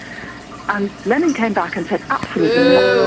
and lenin came back and said absolutely not,